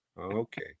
Okay